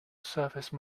service